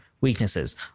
weaknesses